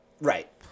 Right